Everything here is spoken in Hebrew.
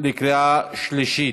בקריאה שלישית.